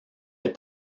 les